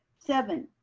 seven,